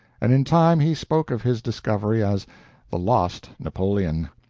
and in time he spoke of his discovery as the lost napoleon.